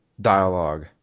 dialogue